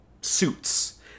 suits